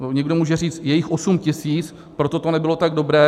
Někdo může říct, je jich 8 tisíc, proto to nebylo tak dobré.